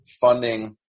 funding